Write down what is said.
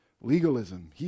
Legalism